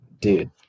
Dude